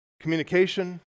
communication